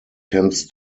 tends